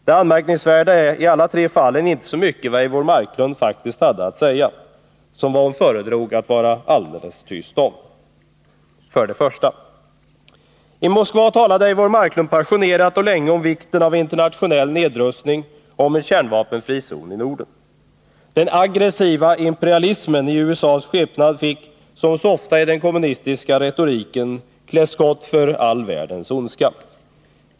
Det anmärkningsvärda i alla tre fallen är inte så mycket vad Eivor Marklund faktiskt hade att säga som vad hon föredrog att vara alldeles tyst om. För det första: I Moskva talade Eivor Marklund passionerat och länge om vikten av internationell nedrustning och om en kärnvapenfri zon i Norden. Den aggressiva imperialismen i USA:s skepnad fick — som så ofta i den kommunistiska retoriken — klä skott för all världens ondska.